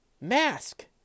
mask